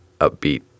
upbeat